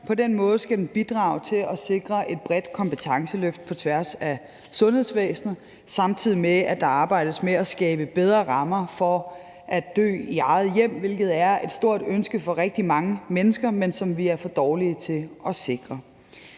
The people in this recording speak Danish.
På den måde skal den bidrage til at sikre et bredt kompetenceløft på tværs af sundhedsvæsenet, samtidig med at der arbejdes med at skabe bedre rammer for at dø i eget hjem, hvilket er et stort ønske for rigtig mange mennesker, men som vi er for dårlige til at sikre.